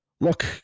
Look